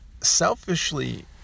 selfishly